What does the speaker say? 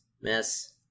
miss